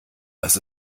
das